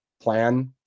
plan